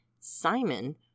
Simon